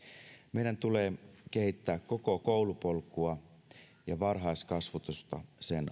meidän tulee kehittää koko koulupolkua ja varhaiskasvatusta sen